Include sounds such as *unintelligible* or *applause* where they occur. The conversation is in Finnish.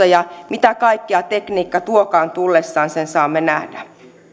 *unintelligible* ja mitä kaikkea tekniikka tuokaan tullessaan sen saamme nähdä